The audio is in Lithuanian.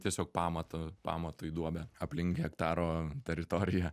tiesiog pamato pamatui duobę aplink hektaro teritorija